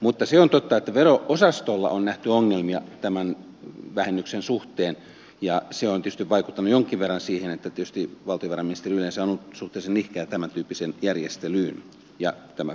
mutta se on totta että vero osastolla on nähty ongelmia tämän vähennyksen suhteen ja se on tietysti vaikuttanut jonkin verran siihen että tietysti valtiovarainministeriö yleensä on ollut suhteellisen nihkeä tämäntyyppiseen järjestelyyn ja tämä pitemmältä ajalta